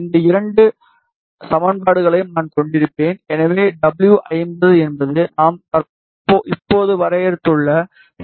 இந்த இரண்டு சமன்பாடுகளையும் நான் கொண்டிருப்பேன் எனவே டபுள்யூ 50 என்பது நாம் இப்போது வரையறுத்துள்ள